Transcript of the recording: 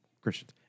Christians